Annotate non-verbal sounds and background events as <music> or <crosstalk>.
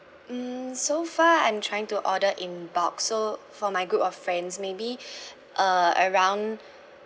mm so far I'm trying to order in bulk so for my group of friends maybe <breath> uh around